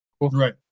right